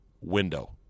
window